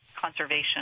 conservation